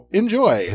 enjoy